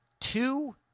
two